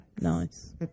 Nice